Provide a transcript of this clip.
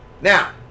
Now